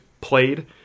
played